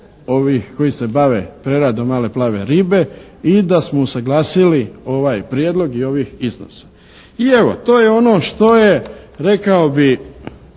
koji se bave preradom male plave ribe i da smo usaglasili ovaj prijedlog i ovih iznosa. I evo, to je ono što je rekao bih